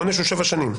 העונש הוא שבע שנים.